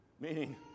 meaning